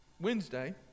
Wednesday